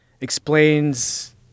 explains